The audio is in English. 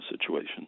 situation